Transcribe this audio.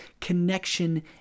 connection